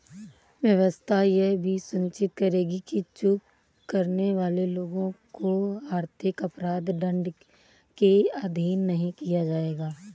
व्यवस्था यह भी सुनिश्चित करेगी कि चूक करने वाले लोगों को आर्थिक अपराध दंड के अधीन नहीं किया जाएगा